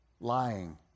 Lying